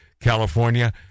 California